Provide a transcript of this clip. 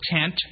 tent